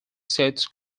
sits